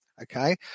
Okay